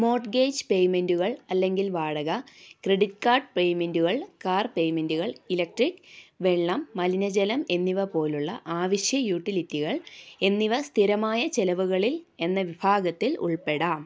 mortgage പേയ്മെൻറ്റുകൾ അല്ലെങ്കിൽ വാടക ക്രെഡിറ്റ് കാർഡ് പേയ്മെൻറ്റുകൾ കാർ പേയ്മെൻറ്റുകൾ ഇലക്ട്രിക് വെള്ളം മലിനജലം എന്നിവ പോലുള്ള ആവശ്യ യൂട്ടിലിറ്റികൾ എന്നിവ സ്ഥിരമായ ചെലവുകളിൽ എന്ന വിഭാഗത്തിൽ ഉൾപ്പെടാം